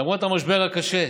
למרות המשבר הקשה,